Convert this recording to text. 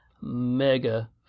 mega